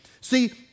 See